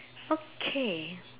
okay